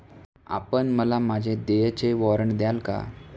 आपण मला माझे देयचे वॉरंट द्याल का?